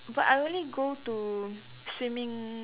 but I only go to swimming